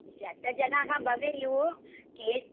शतं जनाः भवेयुः केचन